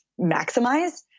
maximize